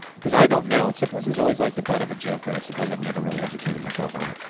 cause i don't know, syphilis is always like the butt of a joke, but i suppose i've never really educated myself on it.